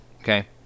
okay